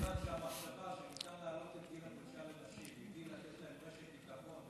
מכיוון שהמחשבה שצריך להעלות את גיל הפרישה לנשים היא לתת להן רשת